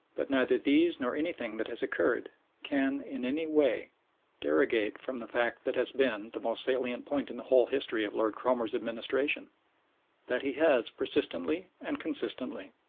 but neither these nor anything that has occurred can in any way derogate from the fact that has been the most salient point in the whole history of lord cromer's administration that he has persistently and consistently,